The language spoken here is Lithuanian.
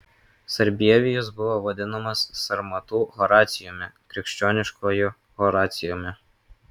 sarbievijus buvo vadinamas sarmatų horacijumi krikščioniškuoju horacijumi